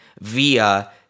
...via